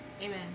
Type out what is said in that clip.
Amen